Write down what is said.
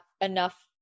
enough